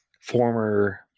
former